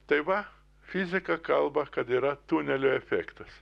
tai va fizika kalba kad yra tunelio efektas